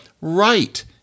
right